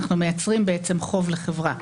אנחנו מייצרים בעצם חוב לחברה.